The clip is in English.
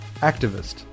activist